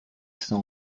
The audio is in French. sans